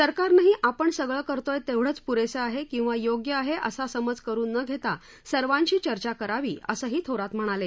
सरकारनेही आपण सगळळिरतोय तेवढच्चपूरेसे आहे किद्वी योग्य आहे असे समज करून न घेता सर्वांशी चर्चा करावी असंही थोरात म्हणाले